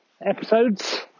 episodes